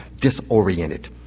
disoriented